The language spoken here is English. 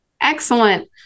Excellent